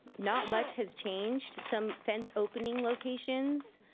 not much has changed. some fence opening locations.